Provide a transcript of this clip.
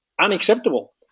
unacceptable